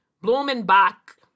Blumenbach